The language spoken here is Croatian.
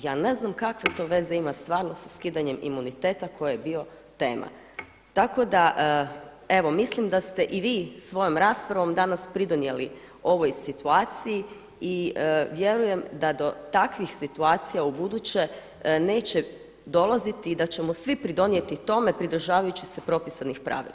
Ja ne znam kakve to veze ima stvarno sa skidanjem imuniteta koji je bio tema, tako da evo mislim da ste i vi svojom raspravom danas pridonijeli ovoj situaciji i vjerujem da to takvih situacija ubuduće neće dolaziti i da ćemo svi pridonijeti tome pridržavajući se propisanih pravila.